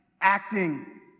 acting